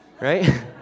Right